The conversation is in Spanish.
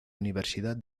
universidad